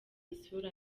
isura